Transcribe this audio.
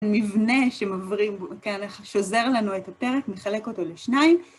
מבנה ששוזר לנו את הפרק, נחלק אותו לשניים.